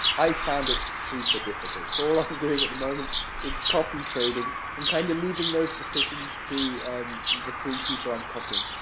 i found it super difficult. so, all i'm doing at the moment is copy trading, and kind of leaving those decisions to the three people i'm copying.